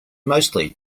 mostly